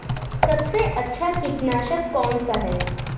सबसे अच्छा कीटनाशक कौन सा है?